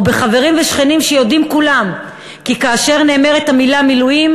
בחברים ושכנים שיודעים כולם כי כאשר נאמרת המילה מילואים,